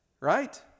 right